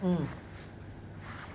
mm